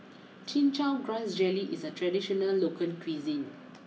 Chin Chow Grass Jelly is a traditional local cuisine